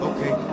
Okay